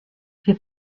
fait